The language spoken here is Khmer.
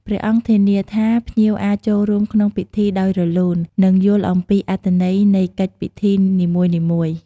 ផ្ដល់កន្លែងស្នាក់នៅបណ្ដោះអាសន្ន ក្នុងករណីខ្លះ បើទីអារាមមានលទ្ធភាព និងស្ថានភាពសមស្រប ព្រះសង្ឃអាចសម្រេចចិត្តផ្ដល់កន្លែងស្នាក់នៅបណ្ដោះអាសន្នសម្រាប់ភ្ញៀវដែលមកពីចម្ងាយខ្លាំង និងមិនមានកន្លែងស្នាក់នៅផ្សេងទៀត។